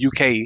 UK